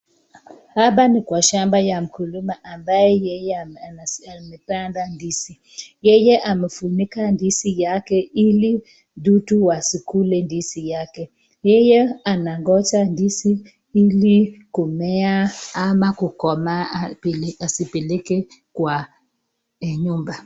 Hapa ni kwa shamba ya mkulima ambaye yeye amependa ndizi. Yeye amefunika ndizi yake ili dudu wasikule ndizi yake. Yeye anangoja ndizi ili kumea ama kukomaa asipeleke kwa nyumba.